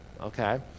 okay